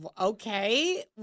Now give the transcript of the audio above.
Okay